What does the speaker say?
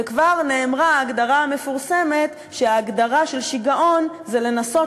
וכבר נאמרה ההגדרה המפורסמת שההגדרה של שיגעון זה לנסות